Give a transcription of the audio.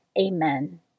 Amen